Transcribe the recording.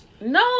No